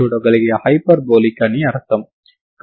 అంటే ఇవి వాస్తవానికి సంతృప్తి చెందాయి